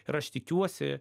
ir aš tikiuosi